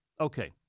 Okay